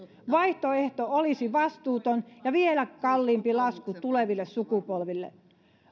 vaihtoehto olisi vastuuton ja vielä kalliimpi lasku tuleville sukupolville